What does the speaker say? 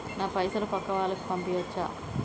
నా పైసలు పక్కా వాళ్ళకు పంపియాచ్చా?